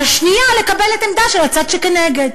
והשנייה לקבל את העמדה של הצד שכנגד.